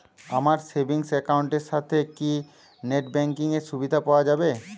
আমার savings account এর সাথে কি নেটব্যাঙ্কিং এর সুবিধা পাওয়া যাবে?